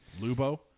Lubo